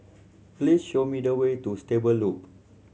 please show me the way to Stable Loop